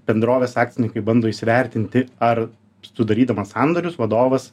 bendrovės akcininkai bando įsivertinti ar sudarydamas sandorius vadovas